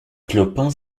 clopin